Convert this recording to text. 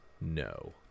no